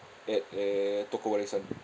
at eh toko warisan